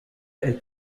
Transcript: elle